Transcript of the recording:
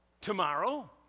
Tomorrow